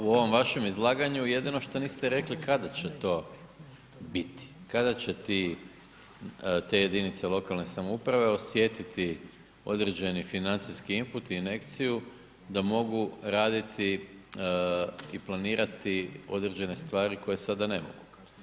U ovom vašem izlaganju jedino što niste rekli kada će to biti, kada će te jedinice lokalne samouprave osjetiti određeni financijski input injekciju da mogu raditi i planirati određene stvari koje sada ne mogu.